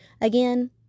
Again